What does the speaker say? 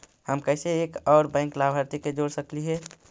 हम कैसे एक और बैंक लाभार्थी के जोड़ सकली हे?